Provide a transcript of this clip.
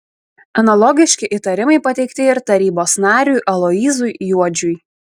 analogiški įtarimai pateikti ir tarybos nariui aloyzui juodžiui